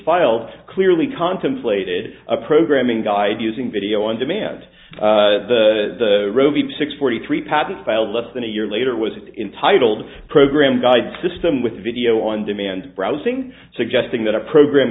filed clearly contemplated a programming guide using video on demand the roe v six forty three patent filed less than a year later was intitled program guide system with video on demand browsing suggesting that a program